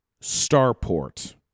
starport